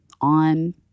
on